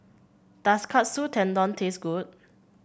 does Katsu Tendon taste good